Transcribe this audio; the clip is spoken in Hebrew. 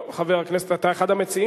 טוב, חבר הכנסת בן-ארי, אתה אחד המציעים?